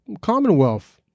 commonwealth